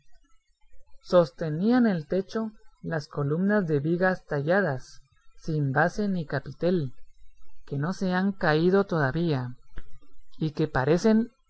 sostenían el techo las columnas de vigas talladas sin base ni capitel que no se han caído todavía y que parecen